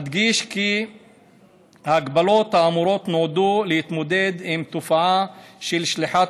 אדגיש כי ההגבלות האמורות נועדו להתמודד עם תופעה של שליחת